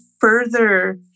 further